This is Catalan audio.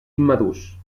immadurs